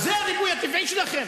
זה הריבוי הטבעי שלכם?